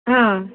ಹಾಂ